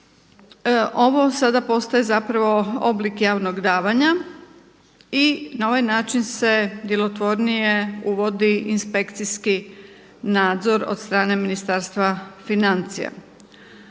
ovo sada postaje zapravo oblik javnog davanja i na ovaj način se djelotvornije uvodi inspekcijski nadzor od strane Ministarstva financija.